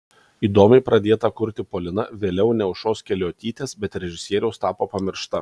įdomiai pradėta kurti polina vėliau ne aušros keliuotytės bet režisieriaus tapo pamiršta